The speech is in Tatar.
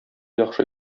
яхшы